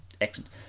Excellent